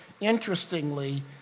Interestingly